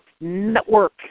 network